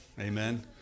Amen